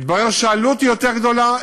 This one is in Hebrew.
התברר שהעלות היא יותר גדולה,